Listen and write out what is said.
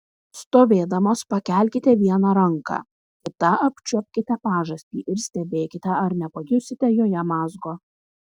stovėdamos pakelkite vieną ranką kita apčiuopkite pažastį ir stebėkite ar nepajusite joje mazgo